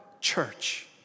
church